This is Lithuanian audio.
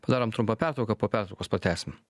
padarom trumpą pertrauką po pertraukos pratęsim